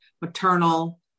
maternal